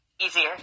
easier